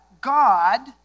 God